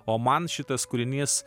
o man šitas kūrinys